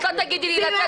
את לא תגידי לי לצאת.